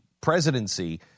presidency